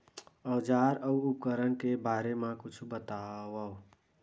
औजार अउ उपकरण के बारे मा कुछु बतावव?